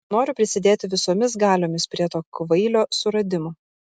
noriu prisidėti visomis galiomis prie to kvailio suradimo